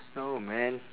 no man